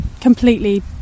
completely